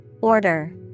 Order